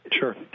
Sure